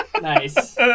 Nice